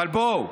אבל בואו,